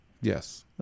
Yes